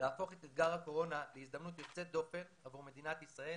להפוך את אתגר הקורונה להזדמנות יוצאת דופן עבור מדינת ישראל